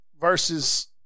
versus